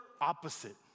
opposite